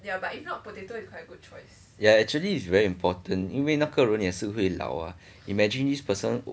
ya actually is very important 因为那个人也是会老啊 imagine this person